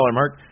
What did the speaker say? mark